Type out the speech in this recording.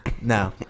No